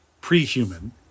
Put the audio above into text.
pre-human